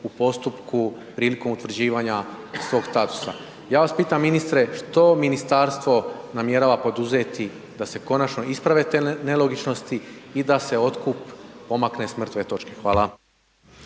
u postupku prilikom utvrđivanja svog statusa. Ja vas pitam ministre što ministarstvo namjerava poduzeti da se konačno isprave te nelogičnosti i da se otkup pomakne s mrtve točke? Hvala.